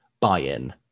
buy-in